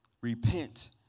Repent